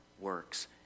works